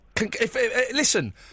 Listen